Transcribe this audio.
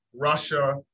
Russia